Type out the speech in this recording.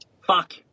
fuck